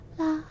la